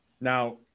Now